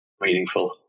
meaningful